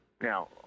Now